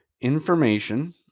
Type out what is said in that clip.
information